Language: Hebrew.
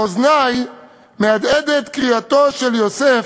באוזני מהדהדת קריאתו של יוסף: